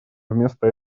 вместо